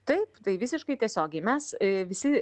taip tai visiškai tiesiogiai mes visi